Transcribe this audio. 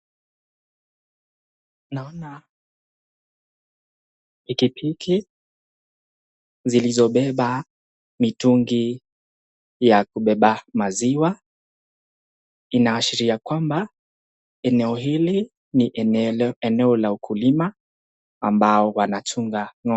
Naona pikipiki zilizobeba mitungi ya kubeba maziwa. Inaashiria kwamba eneo hili ni eneo la ukulima ambao wanachunga ng'ombe.